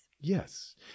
Yes